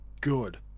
good